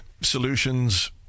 Solutions